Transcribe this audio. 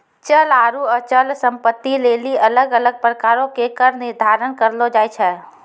चल आरु अचल संपत्ति लेली अलग अलग प्रकारो के कर निर्धारण करलो जाय छै